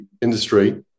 industry